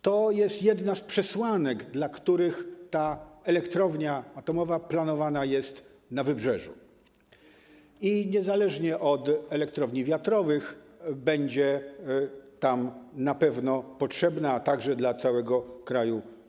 To jest jedna z przesłanek, dla których elektrownia atomowa jest planowana na wybrzeżu i niezależnie od elektrowni wiatrowych będzie tam na pewno potrzebna, a także potrzebna w całym kraju.